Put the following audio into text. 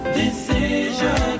decision